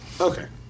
Okay